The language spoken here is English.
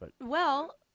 Well-